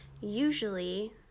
usually